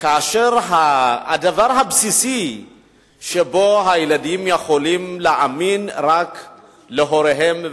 כאשר הדבר הבסיסי שבו הילדים יכולים להאמין הוא רק להוריהם,